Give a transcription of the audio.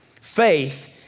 Faith